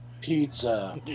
Pizza